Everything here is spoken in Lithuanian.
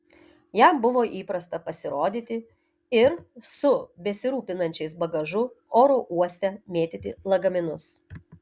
jam buvo įprasta pasirodyti ir su besirūpinančiais bagažu oro uoste mėtyti lagaminus